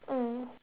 mm